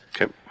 Okay